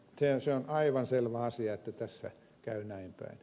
se on aivan selvä asia että tässä käy näinpäin